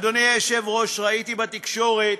אדוני היושב-ראש, ראיתי בתקשורת